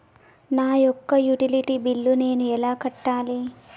నా యొక్క utility bill నేను ఎలా కట్టాలి?